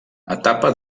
etapa